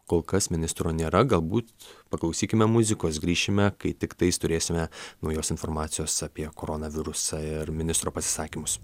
kol kas ministro nėra galbūt paklausykime muzikos grįšime kai tiktais turėsime naujos informacijos apie koronavirusą ir ministro pasisakymus